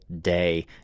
day